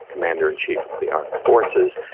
commander-in-chief of the armed forces,